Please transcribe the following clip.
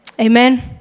Amen